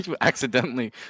accidentally